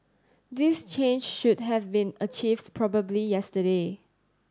this change should have been achieved probably yesterday